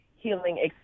Healing